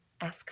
Ask